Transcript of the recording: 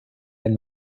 den